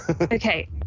Okay